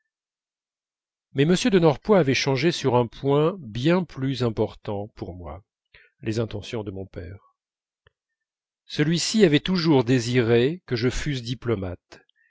mais m de norpois avait changé sur un point bien plus important pour moi les intentions de mon père celui-ci avait toujours désiré que je fusse diplomate